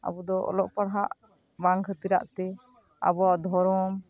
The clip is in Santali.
ᱟᱵᱚ ᱫᱚ ᱚᱞᱚᱜ ᱯᱟᱲᱦᱟᱜ ᱵᱟᱝ ᱠᱷᱟᱹᱛᱤᱨᱟᱜ ᱛᱮ ᱟᱵᱚᱭᱟᱜ ᱫᱷᱚᱨᱚᱢ